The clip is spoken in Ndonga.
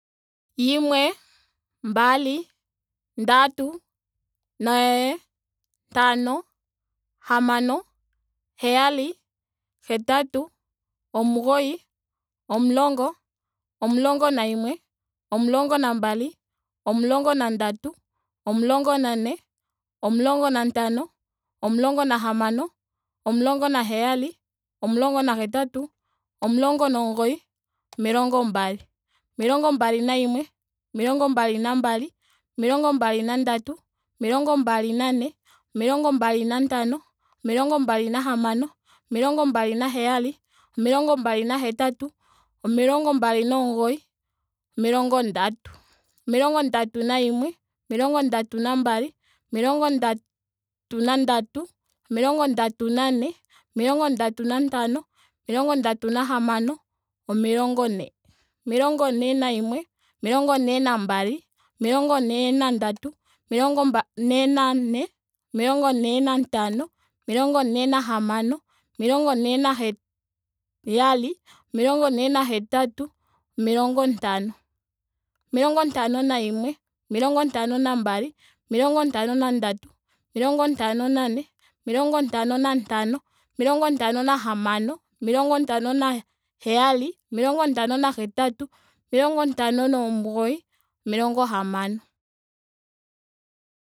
Yimwe. mbali. ndatu. ne ntano. hamano. heyali. hetatu. omugoyi. omulongo. omulongo nayimwe. omulingo nambali. omulongo na ndatu. omulongo nane. omulongo nantano. omulongo nahamano. omulongo naheyali. omulongo na hetatu. omulongo nomugoyi. omilongo mbali. omilongo mbali nayimwe. omilongo mbali na mbali. omilongo mbali nandatu. omilongo mbali na ne. omilongo mbali nantano. omilongo mbali nahamano. omilongo mbali na heyali. omilongo mbali na hetatu. omilongo mbali nomugoyi. omilongo ndatu. omilongo ndatu nayimwe. omilongo ndatu nambali. omilongo ndatu na ndatu. omilongo ndatu na ne. omilongo ndatu nantano. omilongo nahamano. omilongo ndatu na heyali. omilongo ndatu na hetatu. omilongo ndatu nomugoyi. omilongo ne. omilongo ne nayimwe. omilongo ne nambali. omilongo ne nandatu. omilongo ne nane. omilongo ne nantano. omilongo ne nahamano. omilongo ne naheyali. omilongo nena hetatu. omilongo ne nomugoyi. omilongo ntano. omilongo ntano nayimwe. omilongo ntano na mbali. omilongo ntano nandatu. omilongo ntano nane. omilongo ndano nantano. omilongo ntano na hamano. omilongo ntano na heyali. omilongo ntano na hetatu. omilongo ntano nomugoyi. omilongo hamano